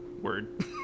word